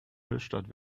höchstadt